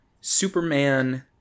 Superman